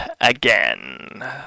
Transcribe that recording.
again